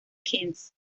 kings